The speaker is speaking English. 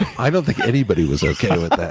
i don't think anybody was okay with